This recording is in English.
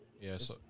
Yes